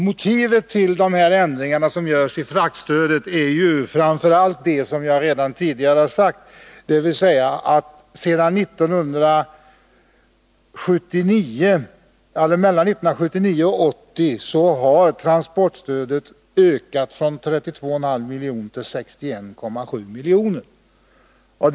Motivet till de ändringar som föreslås i fraktstödet är framför allt den utveckling som jag redan tidigare har beskrivit. Mellan 1979 och 1980 har alltså transportstödet ökat från 32,5 milj.kr. till 61,7 milj.kr.